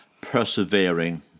persevering